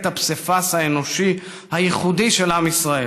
הפסיפס האנושי הייחודי של עם ישראל,